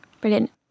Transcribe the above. Brilliant